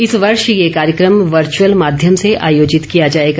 इस वर्ष ये कार्यक्रम वर्च्यअल माध्यम से आयोजित किया जाएगा